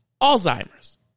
Alzheimer's